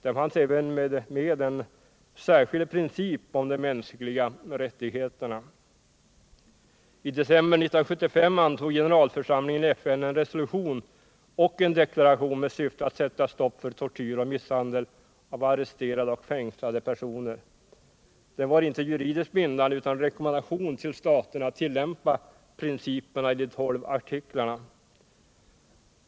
Där fanns även med en särskild princip om de mänskliga rättigheterna. I december 1975 antog generalförsamlingen i FN en resolution och en deklaration med syfte att sätta stopp för tortyr och misshandel av arresterade och fängslade personer. Den var inte juridisk bindande utan innebar en rekommendation till staterna att tillämpa principerna i de tolv artiklarna.